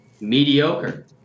mediocre